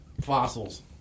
fossils